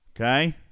okay